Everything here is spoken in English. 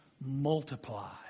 multiply